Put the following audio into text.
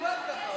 מקובל ככה.